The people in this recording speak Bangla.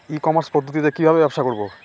ই কমার্স পদ্ধতিতে কি ভাবে ব্যবসা করব?